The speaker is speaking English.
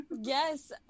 Yes